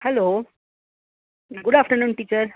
hello good afternoon teacher